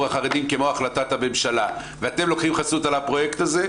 החרדים כמו החלטת הממשלה ואתם לוקחים חסות על הפרויקט הזה,